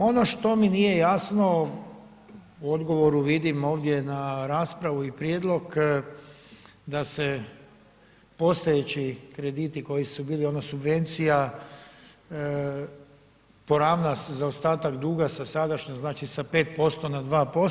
Ono što mi nije jasno u odgovoru vidim ovdje na raspravu i prijedlog da se postojeći krediti koji su bili subvencija poravna zaostatak duga sa sadašnjom, znači sa 5% na 2%